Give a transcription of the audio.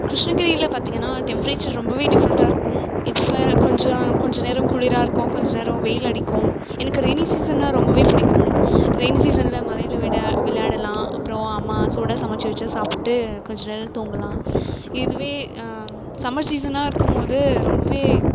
கிருஷ்ணகிரியில் பார்த்திங்கனா டெம்பரேச்சர் ரொம்ப டிஃப்ரெண்டாக இருக்கும் இப்போ கொஞ்சம் கொஞ்சம் நேரம் குளிராக இருக்கும் கொஞ்சம் நேரம் வெயில் அடிக்கும் எனக்கு ரெயினி சீசன்னா ரொம்ப புடிக்கும் ரெயினி சீசனில் மழையில் விளாடலாம் அப்புறம் அம்மா சூடாக சமைச்சு வச்சதை சாப்பிட்டு கொஞ்சம் நேரம் தூங்கலாம் இதுவே சம்மர் சீசனாக இருக்கும்போது ரொம்ப